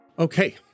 Okay